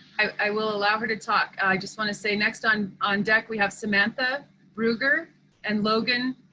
i will allow her to talk. i just want to say next on on deck, we have samantha ruger and logan